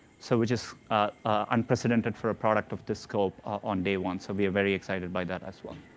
so which is unprecedented for a product of this scope on day one. so we are very excited by that as well.